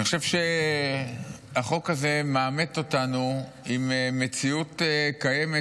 אני חושב שהחוק הזה מעמת אותנו עם מציאות קיימת,